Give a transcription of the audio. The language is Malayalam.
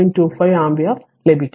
25 ആമ്പിയർ ലഭിക്കും